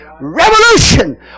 Revolution